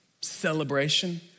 celebration